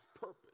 purpose